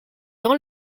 dans